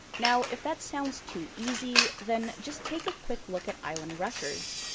now if that sounds too easy, then just take a quick look at island records.